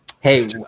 Hey